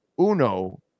Uno